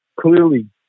clearly